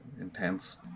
intense